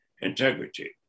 integrity